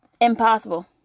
Impossible